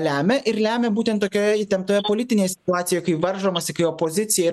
lemia ir lemia būtent tokioje įtemptoje politinėj situacijoj kai varžomasi kai opozicija ir